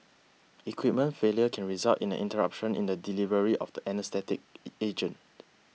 equipment failure can result in an interruption in the delivery of the anaesthetic agent